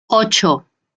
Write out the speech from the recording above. ocho